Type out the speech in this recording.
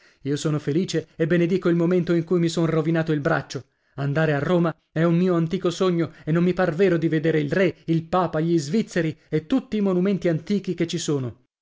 io sono felice e benedico il momento in cui mi son rovinato il braccio andare a roma è un mio antico sogno e non mi par vero di vedere il re il papa gli svizzeri e tutti i monumenti antichi che ci sono